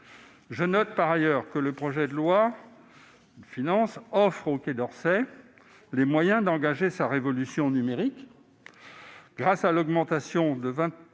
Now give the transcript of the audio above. je note que le projet de loi de finances offre au Quai d'Orsay les moyens d'engager sa révolution numérique. Grâce à l'augmentation de 22